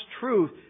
truth